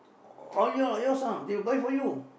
all your yours ah they will buy for you